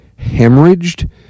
hemorrhaged